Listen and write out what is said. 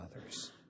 others